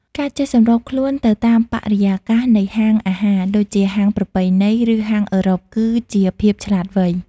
ការចេះសម្របខ្លួនទៅតាមបរិយាកាសនៃហាងអាហារ ដូចជាហាងប្រពៃណី ឬហាងអឺរ៉ុប គឺជាភាពឆ្លាតវៃ។